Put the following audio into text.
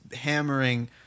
hammering